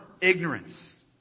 ignorance